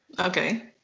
okay